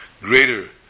greater